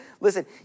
listen